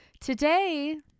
today